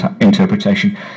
interpretation